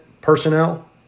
personnel